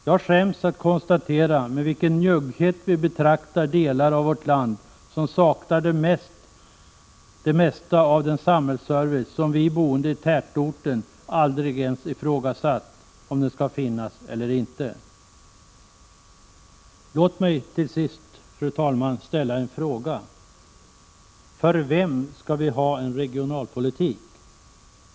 Jag skäms att konstatera med vilken njugghet vi betraktar de delar av vårt land som saknar det mesta av den samhällsservice vars existens vi boende i tätorten aldrig ens har ifrågasatt. Låt mig till sist, fru talman, fråga: För vem skall vi ha en regionalpolitik?